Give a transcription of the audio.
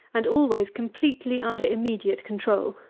and always completely under immediate control.